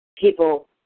people